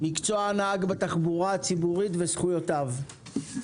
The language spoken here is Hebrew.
מקצוע הנהג בתחבורה הציבורית וזכויותיו.